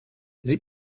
sieht